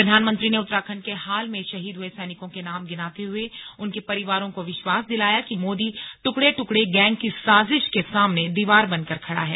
प्रधानमंत्री ने उत्तराखंड के हाल में शहीद हुए सैनिकों के नाम गिनाते हुए उनके परिवारों को विश्वास दिलाया कि मोदी टुकड़े टुकड़े गैंग की साजिश के सामने दीवार बनकर खड़ा है